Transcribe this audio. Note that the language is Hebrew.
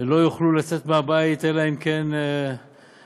לא יוכלו לצאת מהבית אלא אם כן הם